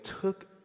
took